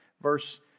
verse